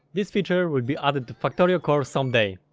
this feature will be added to factorio core someday,